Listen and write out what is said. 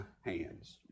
hands